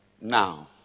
Now